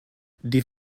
die